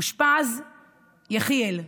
יחיאל,